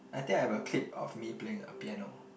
I think I have a clip of me playing a piano